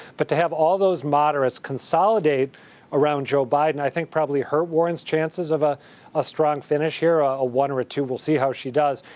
but to have all those moderates consolidate around joe biden, i think, probably hurt warren's chances of ah a strong finish here, ah a one or a two. we will see how she does.